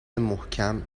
محکم